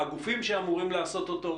הגופים שאמורים לעשות אותו,